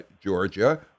Georgia